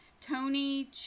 Tony